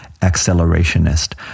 accelerationist